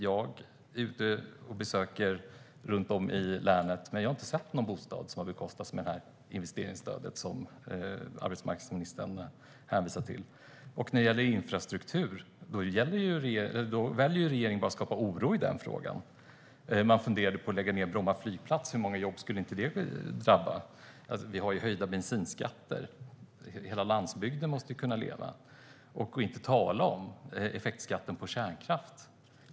Jag är ute på besök runt om i länet, men jag har inte sett någon bostad som har bekostats med investeringsstödet som arbetsmarknadsministern hänvisar till. När det gäller infrastruktur väljer regeringen bara att skapa oro. Man funderade på att lägga ned Bromma flygplats. Hur många jobb skulle inte det drabba? Vi har höjda bensinskatter. Hela landsbygden måste ju kunna leva. För att inte tala om effektskatten på kärnkraft.